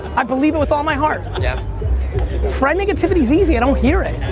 i believe it with all my heart. yeah friend negativity is easy, i don't hear it.